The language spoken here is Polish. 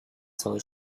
całe